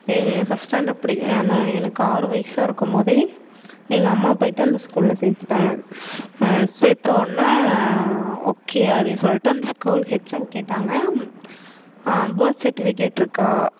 first standard படி எனக்கு ஆறு வயசாக இருக்கும்போதே எங்கள் அம்மா போயிட்டு அந்த ஸ்கூலில் சேர்த்துட்டாங்க சேர்த்த ஒடனே ஓகே அப்படின்னு சொல்லிட்டு அந்த ஸ்கூல் ஹெச்எம் கேட்டாங்க பேர்த் சர்டிவிக்கேட் இருக்கா